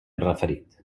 referit